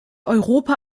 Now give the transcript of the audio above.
europa